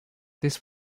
this